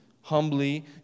humbly